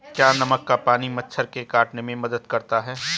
क्या नमक का पानी मच्छर के काटने में मदद करता है?